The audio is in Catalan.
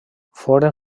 foren